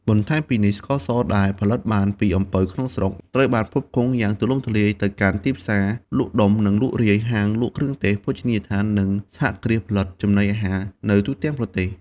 បន្ថែមពីនេះស្ករសដែលផលិតបានពីអំពៅក្នុងស្រុក ត្រូវបានផ្គត់ផ្គង់យ៉ាងទូលំទូលាយទៅកាន់ ទីផ្សារលក់ដុំ និងលក់រាយ ហាងលក់គ្រឿងទេស ភោជនីយដ្ឋាន និងសហគ្រាសផលិតចំណីអាហារនៅទូទាំងប្រទេស។